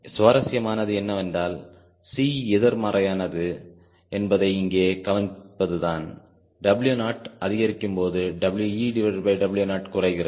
சுவாரஸ்யமானது என்னவென்றால் C எதிர்மறையானது என்பதை இங்கே கவனிப்பதுதான் W0 அதிகரிக்கும்போதுWeW0 குறைகிறது